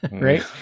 right